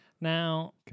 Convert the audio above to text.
Now